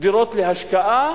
דירות להשקעה,